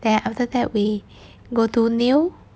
then after that we go do nail